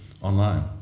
online